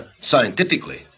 scientifically